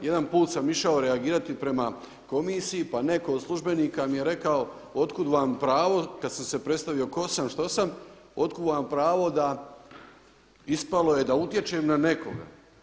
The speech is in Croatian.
Jedan put sam išao reagirati prema komisiji, pa netko od službenika mi je rekao od kuda vam pravo – kada sam se predstavio tko sam, što sam – od kuda vam pravo da, ispalo je da utječem na nekoga.